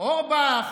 אורבך